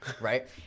right